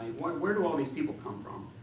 where do all these people come from?